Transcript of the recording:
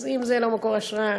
אז אם זה לא מקור השראה,